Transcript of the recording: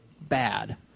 bad